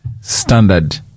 standard